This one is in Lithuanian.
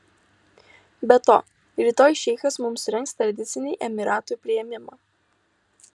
be to rytoj šeichas mums surengs tradicinį emyratų priėmimą